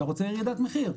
אתה רוצה ירידת מחיר.